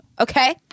okay